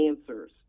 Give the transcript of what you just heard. answers